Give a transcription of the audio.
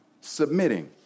submitting